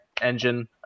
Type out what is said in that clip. engine –